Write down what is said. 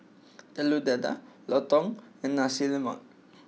Telur Dadah Lontong and Nasi Lemak